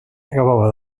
acabava